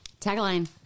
Tagline